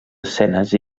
escenes